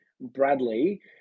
Bradley